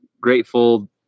grateful